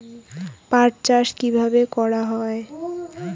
পাট চাষ কীভাবে করা হয়?